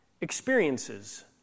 experiences